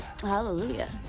Hallelujah